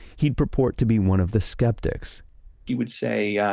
he'd purport to be one of the skeptics he would say, yeah